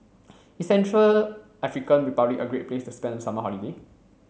is Central African Republic a great place to spend summer holiday